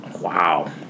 Wow